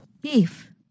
Beef